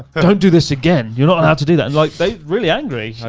don't do this again. you're not allowed to do that. and like, they really angry.